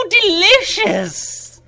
delicious